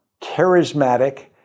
charismatic